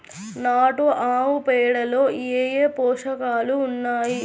నాటు ఆవుపేడలో ఏ ఏ పోషకాలు ఉన్నాయి?